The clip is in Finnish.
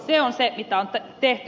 se on se mitä on tehty